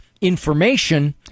information